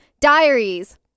diaries